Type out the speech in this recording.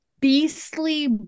Beastly